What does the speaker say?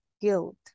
guilt